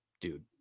dude